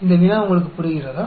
இந்த வினா உங்களுக்குப் புரிகிறதா